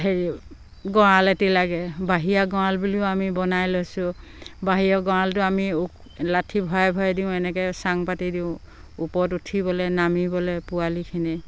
হেৰি গঁৰাল এটি লাগে বাহিৰা গঁৰাল বুলিও আমি বনাই লৈছোঁ বাহিৰৰ গঁৰালটো আমি লাঠি ভৰাই ভৰাই দিওঁ এনেকে চাং পাতি দিওঁ ওপৰত উঠিবলে নামিবলে পোৱালিখিনি